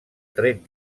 tret